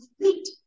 complete